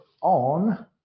on